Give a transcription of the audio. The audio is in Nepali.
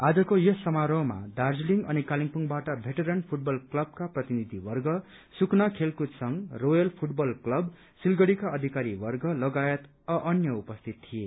आजको यस समारोहमा दार्जीलिङ अनि कालेबुडबाट भेटेरेन फूटबल क्लबका प्रतिनिधिवर्ग सुकुना खेलकूद संघ रोयल फूटबल क्लब सिलगढ़ीका अधिकारी वर्ग लगायत अ अन्य उपस्थित थिए